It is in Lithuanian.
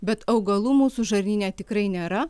bet augalų mūsų žarnyne tikrai nėra